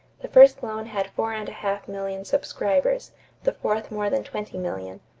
the first loan had four and a half million subscribers the fourth more than twenty million.